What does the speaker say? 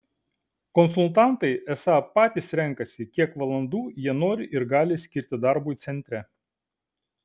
konsultantai esą patys renkasi kiek valandų jie nori ir gali skirti darbui centre